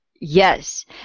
Yes